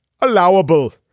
allowable